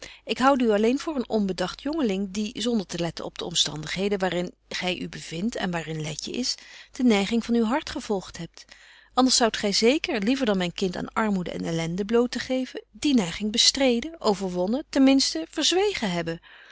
ik houde u alleen voor een onbedagt jongeling die zonder te letten op de omstandigheden waar in gy u bevindt en waar in letje is de neiging van uw hart gevolgt hebt anders zoudt gy zeker liever dan myn kind aan armoede en elende bloot te geven die neiging bestreden overwonnen ten minsten verzwegen hebben